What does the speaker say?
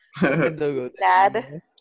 Dad